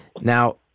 Now